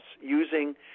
using